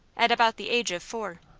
at about the age of four.